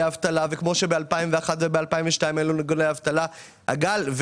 אבטלה וב-2001 וב-2002 היו לנו גלי אבטלה וכמו